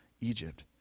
Egypt